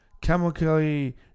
chemically